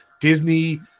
Disney